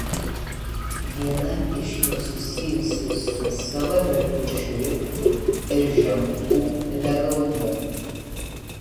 viena iš jų susijusi su savadarbių šriftų ir ženklų legalumu